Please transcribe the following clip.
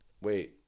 Wait